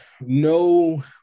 no